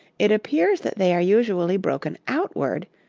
it appears that they are usually broken outward,